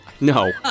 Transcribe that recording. no